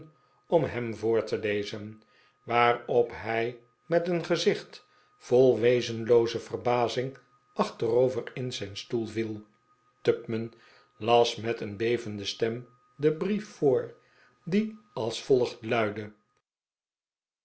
om hem voor te lezenj waarop hij met een gezicht vol wezenlooze ver bazing achterover in zijn stoel viel tupman las met een bevende stem den brief voor die als